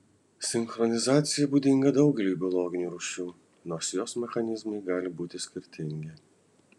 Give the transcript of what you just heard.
sinchronizacija būdinga daugeliui biologinių rūšių nors jos mechanizmai gali būti skirtingi